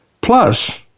Plus